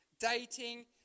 dating